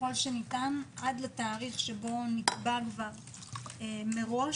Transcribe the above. ככל שניתן עד לתאריך שבו נקבע כבר מראש,